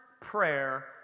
prayer